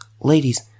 Ladies